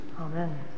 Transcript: Amen